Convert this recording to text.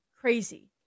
crazy